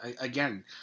again